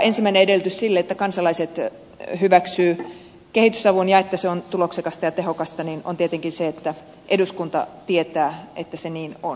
ensimmäinen edellytys sille että kansalaiset hyväksyvät kehitysavun ja että se on tuloksekasta ja tehokasta on tietenkin se että eduskunta tietää että se niin on